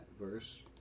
verse